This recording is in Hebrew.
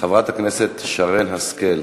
חברת הכנסת שרן השכל.